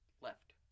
left